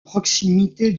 proximité